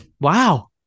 Wow